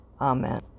Amen